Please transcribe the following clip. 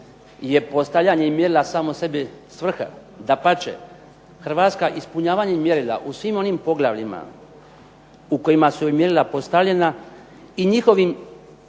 je postajanje mjerila samo sebi svrha. Dapače, Hrvatska ispunjavanjem mjerila u svim onim poglavljima u kojima su i mjerila postavljena i njihovim,